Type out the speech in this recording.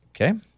Okay